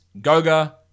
Goga